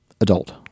adult